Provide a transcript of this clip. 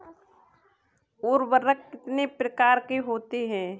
उर्वरक कितने प्रकार के होते हैं?